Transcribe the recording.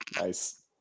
Nice